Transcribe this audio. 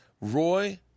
Roy